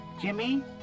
jimmy